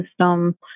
system